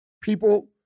people